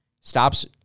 stops